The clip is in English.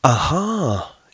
Aha